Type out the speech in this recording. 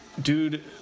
dude